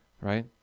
right